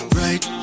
right